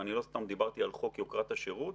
ואני לא סתם דיברתי על חוק יוקרת השירות,